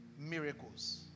miracles